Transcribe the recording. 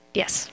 Yes